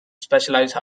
specialized